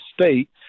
state